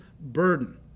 burden